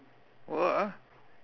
what ah